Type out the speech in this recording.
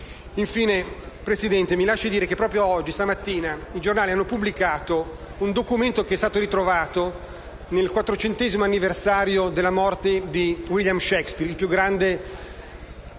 signor Presidente, mi lasci dire che proprio questa mattina i giornali hanno pubblicato un documento che è stato ritrovato nel quattrocentesimo anniversario della morte di William Shakespeare, il più grande